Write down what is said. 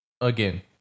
again